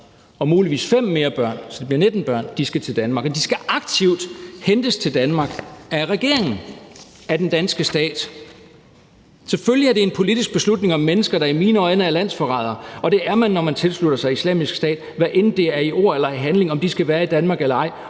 og muligvis 5 flere børn, altså 19 børn, skal til Danmark. Og de skal aktivt hentes til Danmark af regeringen, af den danske stat. Selvfølgelig er det en politisk beslutning, om mennesker, der i mine øjne er landsforrædere – og det er man, når man tilslutter sig Islamisk Stat, hvad enten det er i ord eller handling – skal være i Danmark eller ej.